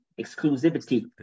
exclusivity